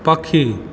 पखी